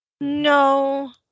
No